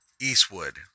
Eastwood